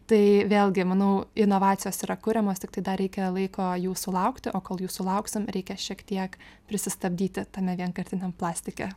tai vėlgi manau inovacijos yra kuriamos tiktai dar reikia laiko jų sulaukti o kol jų sulauksim reikia šiek tiek pristabdyti tame vienkartiniam plastike